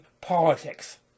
politics